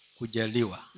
Kujaliwa